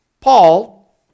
Paul